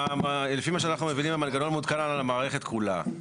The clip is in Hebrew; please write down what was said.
שאנחנו מבינים המנגנון מותקן על המערכת כולה.